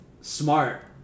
smart